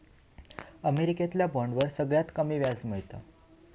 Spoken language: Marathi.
अमेरिकेतल्या बॉन्डवर सगळ्यात कमी व्याज मिळता